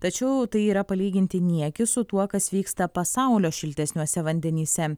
tačiau tai yra palyginti niekis su tuo kas vyksta pasaulio šiltesniuose vandenyse